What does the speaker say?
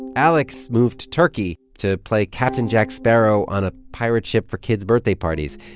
alex moved to turkey to play captain jack sparrow on a pirate ship for kids' birthday parties.